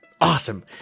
Awesome